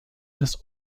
des